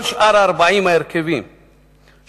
כל שאר 40 ההרכבים שנעשו,